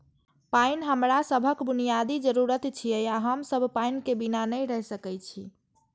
पानि हमरा सभक बुनियादी जरूरत छियै आ हम सब पानि बिना नहि रहि सकै छी